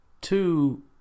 Two